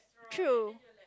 true